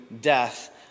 death